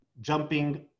jumping